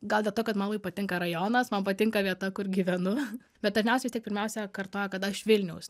gal dėl to kad man labai patinka rajonas man patinka vieta kur gyvenu bet dažniausiai vis tik pirmiausia kartoju kad aš vilniaus